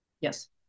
Yes